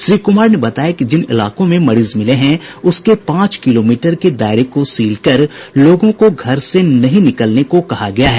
श्री कुमार ने बताया कि जिन इलाकों में मरीज मिले हैं उसके पांच किलोमीटर के दायरे को सील कर लोगों को घर से नहीं निकलने को कहा गया है